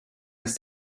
ist